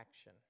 action